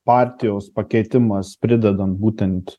partijos pakeitimas pridedant būtent